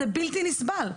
זה בלתי-נסבל.